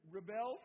rebel